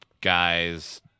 guys